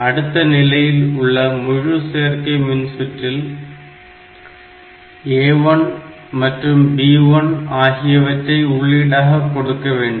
அடுத்த நிலையில் உள்ள முழு சேர்க்கை மின்சுற்றில் A1 மற்றும் B1 ஆகியவற்றை உள்ளீடாக கொடுக்கவேண்டும்